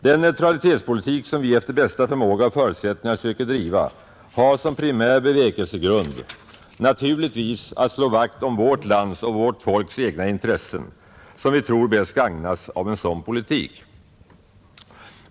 Den neutralitetspolitik som vi efter bästa förmåga och förutsättningar söker driva har som primär bevekelsegrund naturligtvis att slå vakt om vårt lands och folks egna intressen, som vi tror bäst gagnas av en sådan politik.